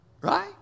Right